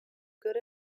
good